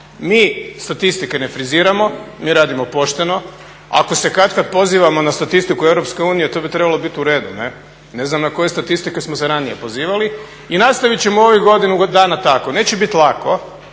Mi statistike ne friziramo, mi radimo pošteno. Ako se katkad pozivamo na statistiku EU to bi trebalo bit u redu. Ne? Ne znam na koje statistike smo se ranije pozivali i nastavit ćemo u ovih godinu dana tako. Neće bit lako,